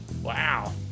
Wow